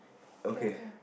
okay